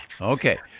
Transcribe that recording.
Okay